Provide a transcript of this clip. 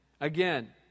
Again